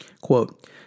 quote